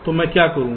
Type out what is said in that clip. तो मैं क्या करूं